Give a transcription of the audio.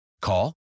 Call